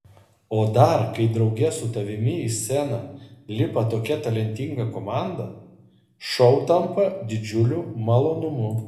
o dar kai drauge su tavimi į sceną lipa tokia talentinga komanda šou tampa didžiuliu malonumu